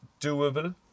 doable